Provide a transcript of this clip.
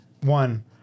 One